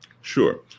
Sure